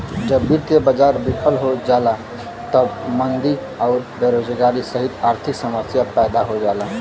जब वित्तीय बाजार विफल हो जाला तब मंदी आउर बेरोजगारी सहित आर्थिक समस्या पैदा हो जाला